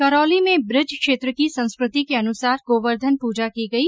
करौली में बृज क्षेत्र की संस्कृति के अनुसार गोवर्धन पूजा की गई